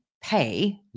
pay